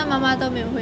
orh